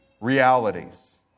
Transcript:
realities